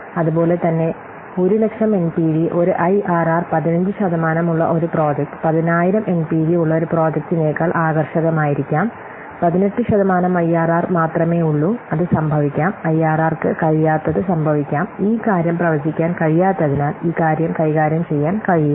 അതുപോലെ തന്നെ 100000 എൻപിവി ഒരു ഐആർആർ 15 ശതമാനം ഉള്ള ഒരു പ്രോജക്റ്റ് 10000 എൻപിവി ഉള്ള ഒരു പ്രോജക്റ്റിനേക്കാൾ ആകർഷകമായിരിക്കാം 18 ശതമാനം ഐആർആർ മാത്രമേ ഉള്ളൂ അത് സംഭവിക്കാം ഐആർആർക്ക് കഴിയാത്തത് സംഭവിക്കാം ഈ കാര്യം പ്രവചിക്കാൻ കഴിയാത്തതിനാൽ ഈ കാര്യം കൈകാര്യം ചെയ്യാൻ കഴിയില്ല